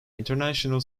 international